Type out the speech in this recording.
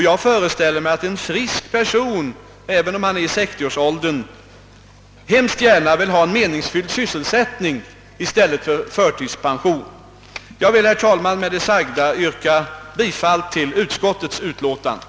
Jag föreställer mig att en frisk person, även om vederbörande är i 60-årsåldern, avgjort föredrar någon form av sysselsättning framför förtidspension. Herr talman! Jag vill med det anförda yrka bifall till utskottets hemställan.